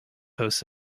hosts